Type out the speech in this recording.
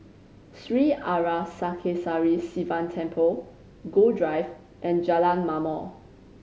Sri Arasakesari Sivan Temple Gul Drive and Jalan Ma'mor